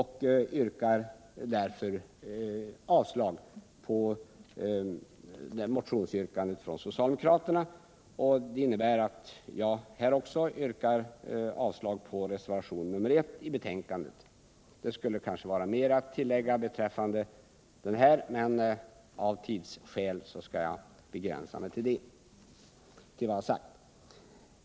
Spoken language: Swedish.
Utskottet yrkar därför avslag på nämnda motionsyrkande från socialdemokraterna, och jag yrkar i min tur avslag på reservationen 1. Det skulle kanske vara mer att tillägga om detta, men av tidsskäl skall jag begränsa mig till det sagda.